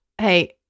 Hey